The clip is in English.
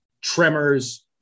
Tremors